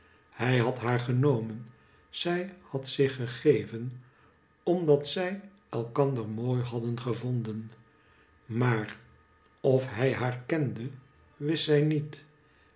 hij had haar genomen zij had zich gegeven omdat zij elkander mooi hadden gevonden maar of hij haar kende wist zij niet